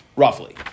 Roughly